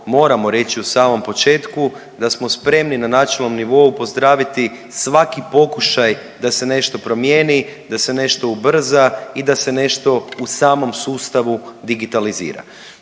moramo reći u samom početku da smo spremni na načelnom nivou pozdraviti svaki pokušaj da se nešto promijeni, da se nešto ubrza i da se nešto u samom sustavu digitalizira.